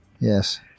Yes